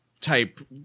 type